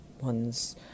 one's